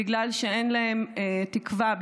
בגלל שאין להם תקווה,